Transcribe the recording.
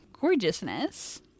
gorgeousness